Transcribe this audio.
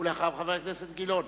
אחריו, חבר הכנסת גילאון.